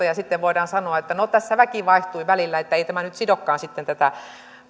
ja sitten voidaan sanoa että no tässä väki vaihtui välillä että ei tämä nyt sidokaan sitten tätä